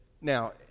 Now